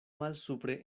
malsupre